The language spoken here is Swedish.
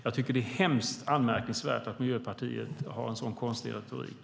Jag tycker att det är mycket anmärkningsvärt att Miljöpartiet har en så konstig retorik.